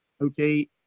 okay